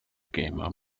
gamer